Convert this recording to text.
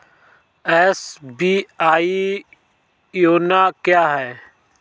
SBI YONO क्या है?